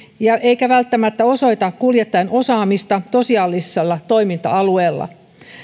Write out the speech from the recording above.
eikä välttämättä osoita kuljettajan osaamista tosiasiallisella toiminta alueella